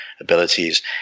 abilities